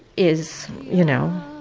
is, you know.